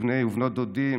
בני ובנות דודים,